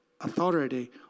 authority